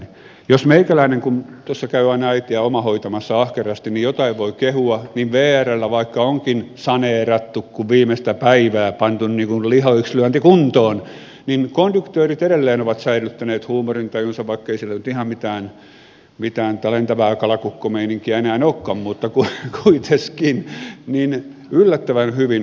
jos meikäläinen jotain voi kehua kun käyn aina äitiä omahoitamassa ahkerasti niin vrllä vaikka onkin saneerattu kuin viimeistä päivää pantu niin kuin lihoiksilyöntikuntoon konduktöörit edelleen ovat säilyttäneet huumorintajunsa vaikkei se nyt ihan mitään lentävä kalakukko meininkiä enää olekaan mutta kuitenkin yllättävän hyvin